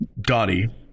Dottie